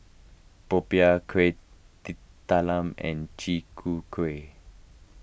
Popiah Kuih Talam and Chi Kak Kuih